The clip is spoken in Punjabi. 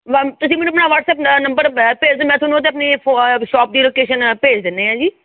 ਵਾ ਤੁਸੀਂ ਮੈਨੂੰ ਆਪਣਾ ਵਟਸਐਪ ਨੰਬਰ ਭੇਜ ਦਿਓ ਮੈਂ ਤੁਹਾਨੂੰ ਉਹਦੇ ਆਪਣੀ ਫੋ ਅ ਸ਼ੋਪ ਦੀ ਲੋਕੈਸ਼ਨ ਭੇਜ ਦਿੰਦੇ ਹਾਂ ਜੀ